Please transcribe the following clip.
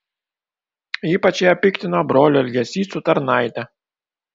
ypač ją piktino brolio elgesys su tarnaite